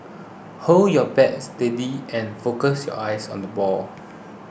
hold your bat steady and focus your eyes on the ball